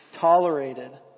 tolerated